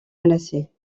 menacé